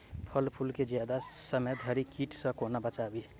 फल फुल केँ जियादा समय धरि कीट सऽ कोना बचाबी?